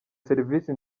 serivisi